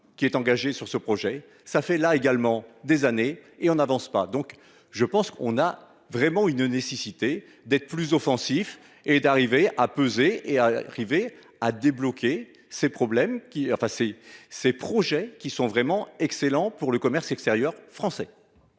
qui est engagé sur ce projet, ça fait là également des années et on avance pas. Donc je pense qu'on a vraiment une nécessité d'être plus offensif et d'arriver à peser et arrivé à débloquer ces problèmes qui enfin c'est ces projets qui sont vraiment excellents pour le commerce extérieur français.